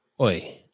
Oi